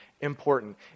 important